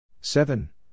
Seven